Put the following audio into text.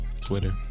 Twitter